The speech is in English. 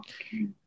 Okay